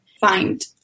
find